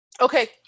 Okay